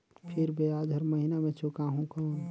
फिर ब्याज हर महीना मे चुकाहू कौन?